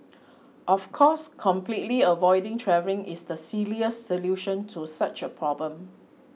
of course completely avoiding travelling is the silliest solution to such a problem